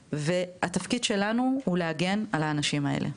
והתפקיד שלנו הוא להגן על האנשים האלו,